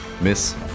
Miss